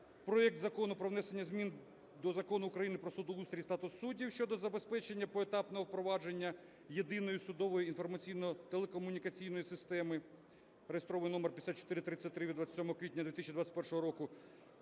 проект Закону про внесення змін до Закону України "Про судоустрій і статус суддів" щодо забезпечення поетапного впровадження Єдиної судової інформаційно-телекомунікаційної системи (реєстраційний номер 5433) (від 27 квітня 2021 року)